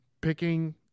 picking